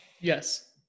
Yes